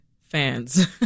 fans